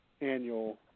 annual